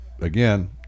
again